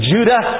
Judah